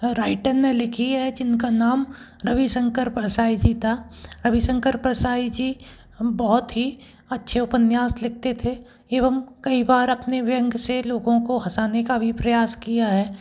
written ने लिखी है जिनका नाम रविशंकर परसाई जी था रविशंकर परसाई जी हम बहुत ही अच्छे उपन्यास लिखते थे एवं कई बार अपने व्यंग से लोगों को हसाने का भी प्रयास किया है